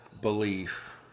belief